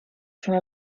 from